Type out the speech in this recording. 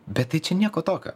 bet tai čia nieko tokio